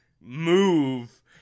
move